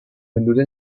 vendute